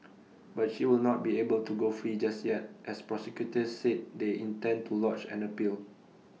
but she will not be able to go free just yet as prosecutors said they intend to lodge an appeal